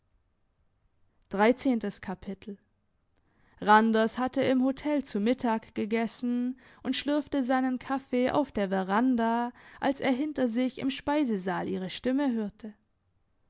randers hatte im hotel zu mittag gegessen und schlürfte seinen kaffee auf der veranda als er hinter sich im speisesaal ihre stimme hörte